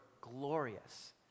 glorious